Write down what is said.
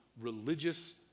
religious